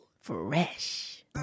fresh